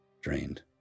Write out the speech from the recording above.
drained